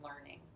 learning